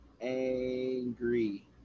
angry